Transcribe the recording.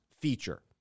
feature